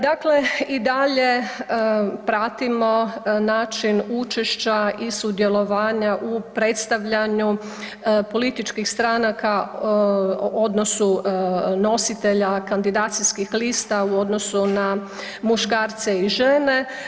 Dakle, i dalje pratimo način učešća i sudjelovanja u predstavljanju političkih stranaka odnosu nositelja kandidacijskih lista u odnosu na muškarce i žene.